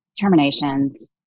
terminations